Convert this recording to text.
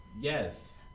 Yes